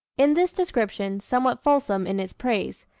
in this description, somewhat fulsome in its praise,